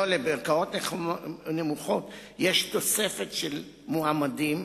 לא, בערכאות נמוכות יש תוספת של מועמדים,